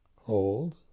hold